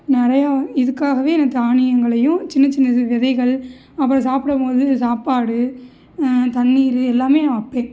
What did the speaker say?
நிறையா இதுக்காகவே நான் தானியங்களையும் சின்ன சின்ன இது விதைகள் அப்புறம் சாப்பிடும் போது சாப்பாடு தண்ணீர் எல்லாமே நான் வைப்பேன்